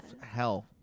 hell